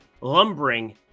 lumbering